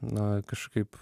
na kažkaip